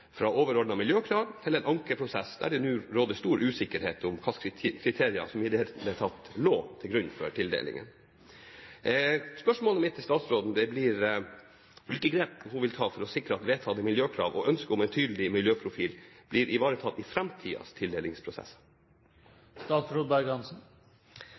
det hele tatt lå til grunn for tildelingen. Spørsmålet mitt til statsråden blir: Hvilke grep vil hun ta for å sikre at vedtatte miljøkrav og ønsket om en tydelig miljøprofil blir ivaretatt i